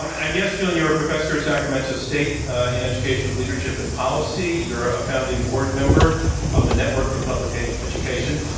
and, yes, julian, you are a professor at sacramento state in education leadership and policy. you are a founding board member of the network for public education.